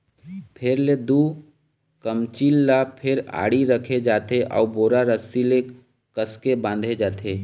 फेर ले दू कमचील ल फेर आड़ी रखे जाथे अउ बोरा रस्सी ले कसके बांधे जाथे